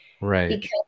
right